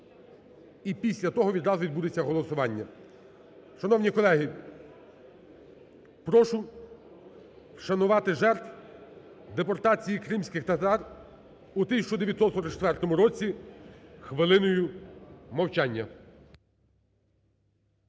і після того відразу відбудеться голосування. Шановні колеги, прошу вшанувати жертв депортації кримських татар у 1944 році хвилиною мовчання.